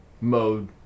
mode